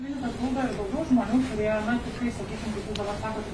klinikos guldo ir daugiau žmonių kurie na tikrai sakykim tikrai dabar sakot